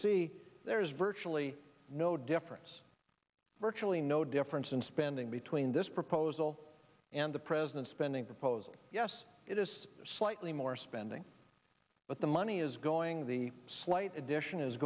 see there is virtually no difference virtually no difference in spending between this proposal and the president's spending proposal yes it is slightly more spending but the money is going the slight addition is